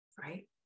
right